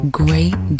great